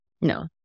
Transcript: No